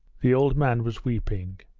the old man was weeping.